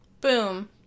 Boom